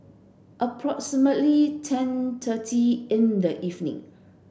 approximately ten thirty in the evening